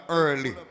early